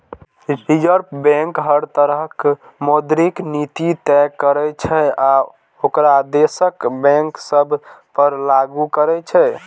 reserve bank हर तरहक मौद्रिक नीति तय करै छै आ ओकरा देशक बैंक सभ पर लागू करै छै